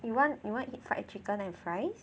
you want you want eat fried chicken and fries